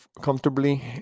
comfortably